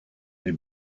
les